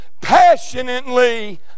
passionately